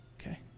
Okay